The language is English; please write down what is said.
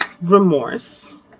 remorse